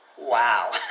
Wow